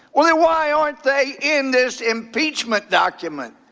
well, then why aren't they in this impeachment document?